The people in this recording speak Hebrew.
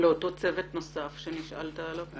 ואותו צוות נוסף שנשאלת עליו?